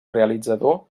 realitzador